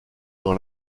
dans